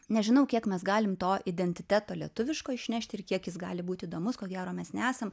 nežinau kiek mes galim to identiteto lietuviško išnešti ir kiek jis gali būti įdomus ko gero mes nesam